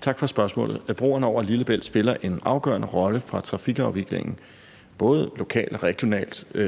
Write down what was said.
Tak for spørgsmålet. Broerne over Lillebælt spiller en afgørende rolle for trafikafviklingen både lokalt, regionalt og